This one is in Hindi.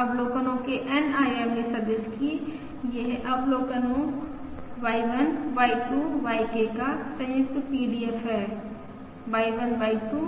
अवलोकनो के N आयामी सदिश कि यह अवलोकनो Y1 Y2 YK का संयुक्त PDF है Y1 Y2